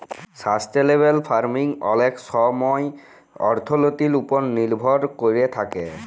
sustainable farming অলেক ছময় অথ্থলিতির উপর লির্ভর ক্যইরে থ্যাকে